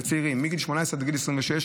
זה צעירים מגיל 18 ועד גיל 26,